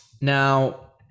Now